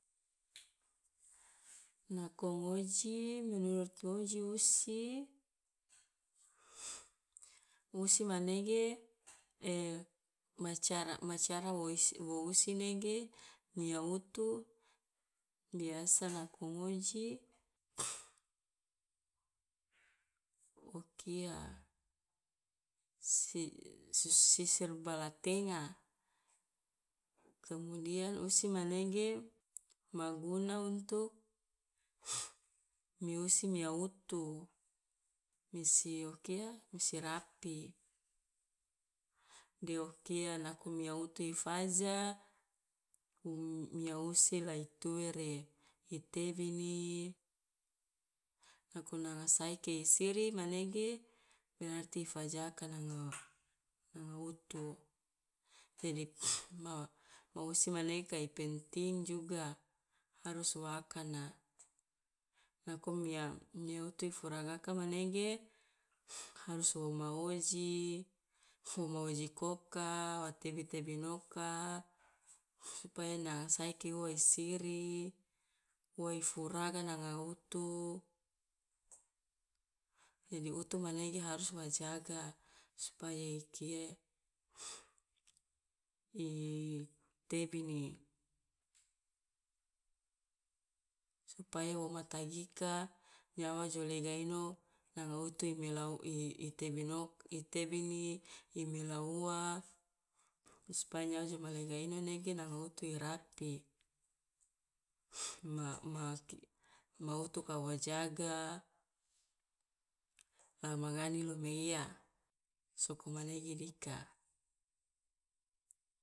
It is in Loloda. Nako ngoji, menurut ngoji usi. Usi manege ma cara ma cara wo is- wo usi nege mia utu biasa nako ngoji o kia si- su sisir bala tenga, kemudian usi manege ma guna untuk mi usi mia utu mi si o kia? Mi si rapih, de o kia nako mia utu i faja mia usi la i tuere, i tebini, nako nanga saeke i siri manege berarti i fajaka nanga nanga utu, jadi ma ma usi mane kai penting juga, harus wa akana. Nako mia mia utu i furagaka manege harus wo ma oji, wo ma oji koka, wa tebi tebinoka, supaya na saeke ua ai siri, ua i furaga nanga utu, jadi utu manege harus wa jaga, supaya i kia i tebini, supaya wo ma tagi ika nyawa jo lega ino nanga utu i mela u i tebinok i tebini, i mela ua supaya nyawa jo ma lega ino nege nanga utu i rapih ma ma ki ma utu ka wa jaga, la ma gani lo meiya, sokmanege dika.